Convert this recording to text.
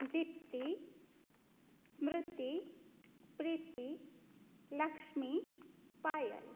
Deepti Smriti Preeti Lakshmi Payal